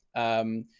um,